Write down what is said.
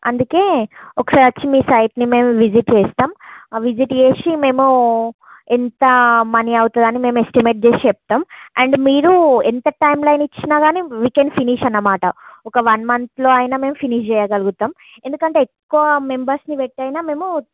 అందుకే ఒకసారి వచ్చి మీ సైట్ని మేము విజిట్ చేస్తాం విజిట్ చేసి మేము ఎంత మనీ అవుతుందో మేము ఎస్టిమేట్ చేసి చెప్తాం అండ్ మీరు ఎంత టైం లైన్ ఇచ్చినా కాని వి కెన్ ఫినిష్ అన్నమాట ఒక్క వన్ మంత్లో అయినా మేము ఫినిష్ చెయ్యగలుగుతాం ఎందుకంటే ఎక్కువ మెంబర్స్ని పెట్టయినా మేము